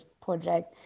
project